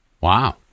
Wow